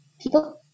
people